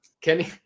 Kenny